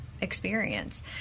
Experience